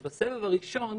בסבב הראשון